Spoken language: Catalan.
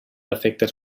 efectes